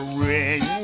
ring